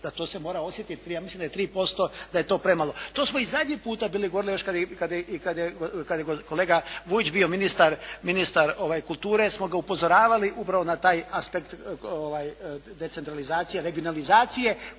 Da to se mora osjetit. Ja mislim da je 3% da je to premalo. To smo i zadnji puta bili govorili, još kada je kolega Vujić bio ministar kulture smo ga upozoravali upravo na taj aspekt decentralizacije, regionalizacije